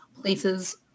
places